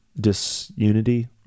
disunity